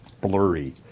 blurry